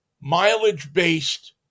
mileage-based